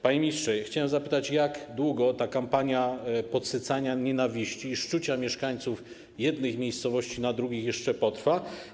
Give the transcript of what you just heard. Panie ministrze, chciałem zapytać, jak długo ta kampania podsycania nienawiści i szczucia mieszkańców jednych miejscowości na mieszkańców drugich miejscowości jeszcze potrwa.